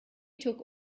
took